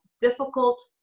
difficult